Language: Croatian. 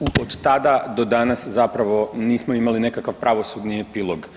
od tada do danas zapravo nismo imali nekakav pravosudni epilog.